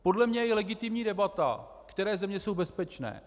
Podle mě je legitimní debata, které země jsou bezpečné.